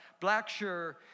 Blackshire